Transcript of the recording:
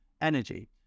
energy